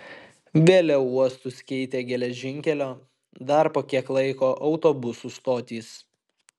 vėliau uostus keitė geležinkelio dar po kiek laiko autobusų stotys